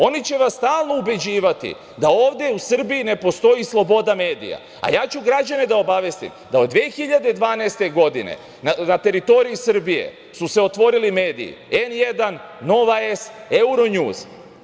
Oni će vas stalno ubeđivati da ovde u Srbiji ne postoji sloboda medija, a ja ću građane da obavestim da od 2012. godine na teritoriji Srbije su se otvorili mediji „N1“, „Nova S“, „Euronews“